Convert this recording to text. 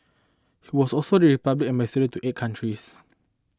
he was also the Republic ambassador to eight countries